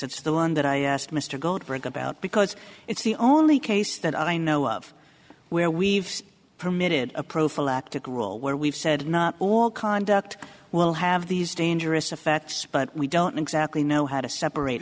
it's the one that i asked mr goldberg about because it's the only case that i know of where we've permitted a prophylactic rule where we've said not all conduct will have these dangerous effects but we don't exactly know how to separate